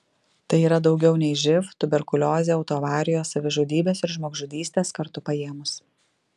tai yra daugiau nei živ tuberkuliozė autoavarijos savižudybės ir žmogžudystės kartu paėmus